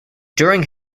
during